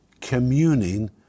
Communing